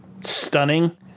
stunning